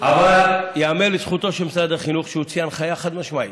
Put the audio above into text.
אבל ייאמר לזכותו של משרד החינוך שהוא הוציא הנחיה חד-משמעית,